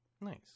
Nice